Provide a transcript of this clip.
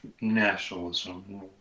nationalism